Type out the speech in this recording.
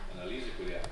analizę kurią